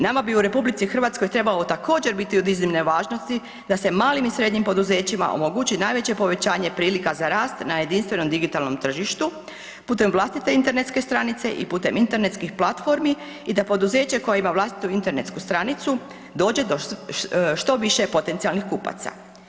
Nama bi u RH trebalo također biti od iznimne važnosti da se malim i srednjim poduzećima omogući najveći povećanje prilika za rast na jedinstvenom digitalnom tržištu putem vlastite internetske stranice i putem internetskih platformi i da poduzeće koje ima vlastitu internetsku stranicu, dođe do što više potencijalnih kupaca.